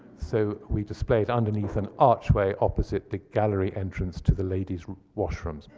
so we display it underneath an archway opposite the gallery entrance to the ladies' washroom.